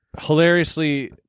hilariously